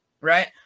right